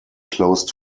closed